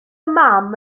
mam